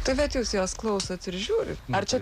tuomet jūs jos klausot ir žiūrit ar čia